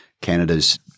Canada's